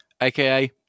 aka